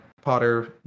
Potter